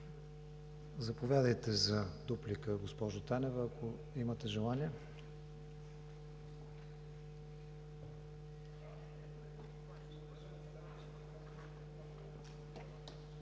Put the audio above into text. Заповядайте за дуплика, госпожо Танева, ако имате желание.